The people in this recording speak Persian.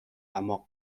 اما